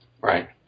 Right